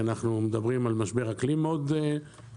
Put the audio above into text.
אנחנו מדברים על משבר אקלים מאוד משמעותי,